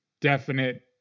definite